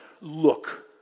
Look